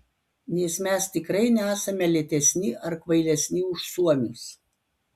nes mes tikrai nesame lėtesni ar kvailesni už suomius